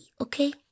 okay